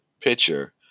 pitcher